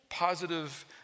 Positive